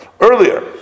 earlier